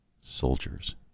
Soldiers